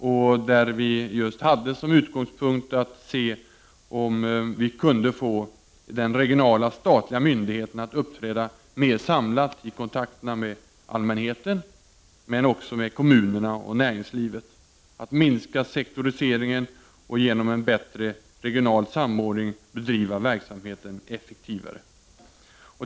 Där hade vi just som utgångspunkt att se om vi kunde få den regionala statliga myndigheten att uppträda mer samlat i kontakterna såväl med allmänheten som med kommunerna och näringslivet, att minska sektoriseringen och genom en bättre regional samordning bedriva verksamheten effektivare.